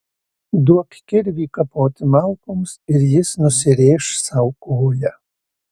duok kirvį kapoti malkoms ir jis nusirėš sau koją